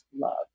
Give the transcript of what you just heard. love